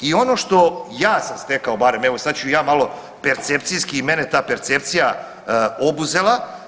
I ono što ja sam stekao barem, evo sad ću i ja malo percepcijski i mene ta percepcija obuzela.